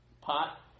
pot